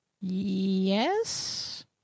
Yes